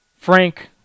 Frank